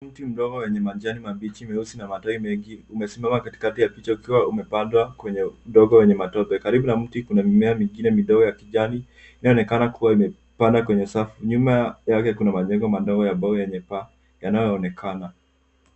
Mti mdogo wenye majani mabichi meusi na matawi mengi umesimama katikati ya picha ukiwa umepandwa kwenye udongo wenye matope. Karibu na mti kuna mimea mingine midogo ya kijani inayoonekana imepandwa kwenye safu. Nyuma yake kuna majengo madogo ya mbao yenye paa yanayoonekana.